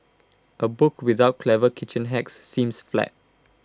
A book without clever kitchen hacks seems flat